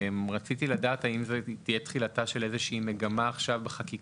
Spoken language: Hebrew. רציתי לדעת האם זאת תהיה תחילתה של איזושהי מגמה בחקיקה,